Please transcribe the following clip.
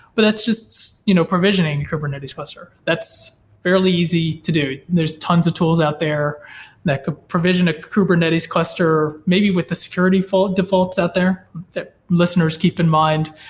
but that's just you know provisioning kubernetes cluster. that's fairly easy to do there's tons of tools out there that could provision a kubernetes cluster, maybe with the security defaults out there that listeners keep in mind,